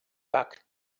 back